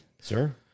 sir